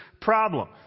problem